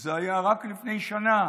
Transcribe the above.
וזה היה רק לפני שנה.